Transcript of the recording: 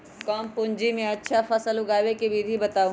कम पूंजी में अच्छा फसल उगाबे के विधि बताउ?